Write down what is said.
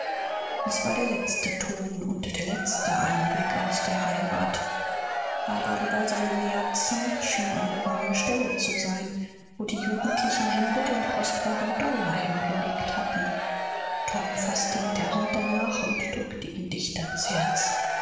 hören war der letzte ton der letzte blick aus seiner heimath aber über seinem herzen schien eine warme stelle zu sein da wo jene jugendlichen hände den kostbaren dollar hingelegt hatten tom hob seine hand auf und drückte sie fest auf sein herz